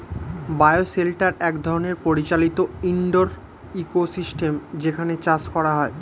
bio shelter এক ধরনের পরিচালিত ইন্ডোর ইকোসিস্টেম যেখানে চাষ হয়